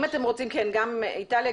גם איטליה,